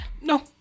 No